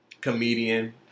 comedian